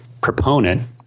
proponent